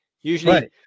Usually